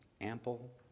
ample